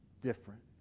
different